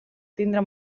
tindre